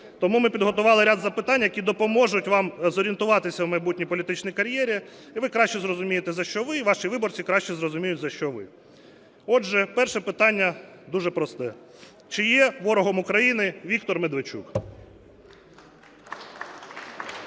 Тому ми підготували ряд запитань, які допоможуть вам зорієнтуватися в майбутній політичній кар'єрі, і ви краще зрозумієте за що ви і ваші виборці краще зрозуміють за що ви. Отже, перше питання дуже просте. Чи є ворогом України Віктор Медведчук?